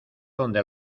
donde